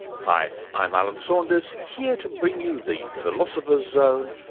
hi, i'm alan saunders, here to bring you the philosopher's zone,